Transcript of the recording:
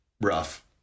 rough